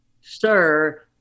sir